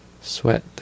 sweat